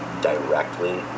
directly